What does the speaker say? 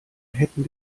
hätten